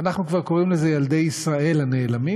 אנחנו כבר קוראים לזה ילדי ישראל הנעלמים,